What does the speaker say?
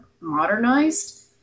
modernized